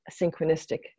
synchronistic